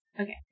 Okay